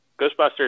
Ghostbusters